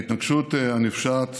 ההתנקשות הנפשעת